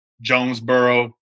Jonesboro